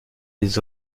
les